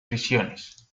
prisiones